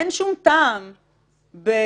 אין שום טעם בנימוקים,